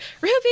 Ruby